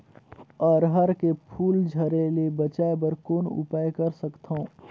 अरहर के फूल झरे ले बचाय बर कौन उपाय कर सकथव?